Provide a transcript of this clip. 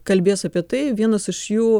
kalbės apie tai vienas iš jų